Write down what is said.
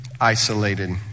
isolated